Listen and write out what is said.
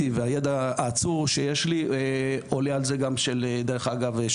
והידע העצום שיש לי עולה גם על של בוזגלו.